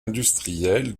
industriel